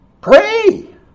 pray